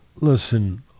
Listen